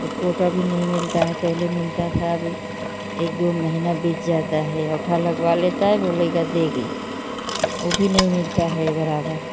और कोटा भी नहीं मिलता है पहले मिलता था अभी एक दो महीना बीत जाता है अंगूठा लगवा लेता है बोलेगा देंगे वो भी नहीं मिलता है बराबर